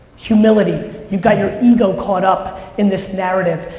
humility. you've got your ego caught up in this narrative.